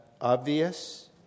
obvious